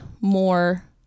more